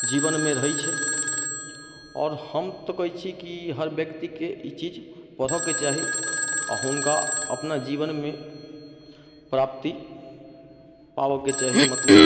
जीवनमे रहै छै आओर हम तऽ कहै छी की हर व्यक्तिके ई चीज पढ़ऽके चाही आओर हुनका अपना जीवनमे प्राप्ति पाबऽके चाही मतलब